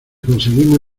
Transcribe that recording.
conseguimos